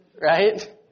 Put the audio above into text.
right